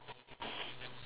okay